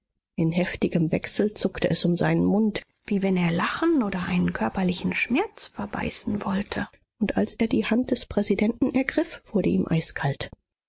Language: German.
in heftigem wechsel zuckte es um seinen mund wie wenn er lachen oder einen körperlichen schmerz verbeißen wollte und als er die hand des präsidenten ergriff wurde ihm eiskalt